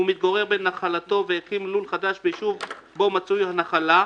הוא מתגורר בנחלתו ויקים לול חדש ביישוב שבו מצויה הנחלה,